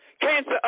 cancer